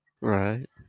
Right